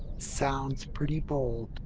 sounds pretty bold.